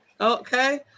Okay